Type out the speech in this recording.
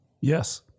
Yes